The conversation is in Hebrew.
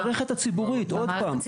לא, לא פרטיות.